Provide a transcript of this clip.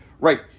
right